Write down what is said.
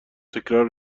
تکرار